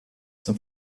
dem